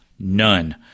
None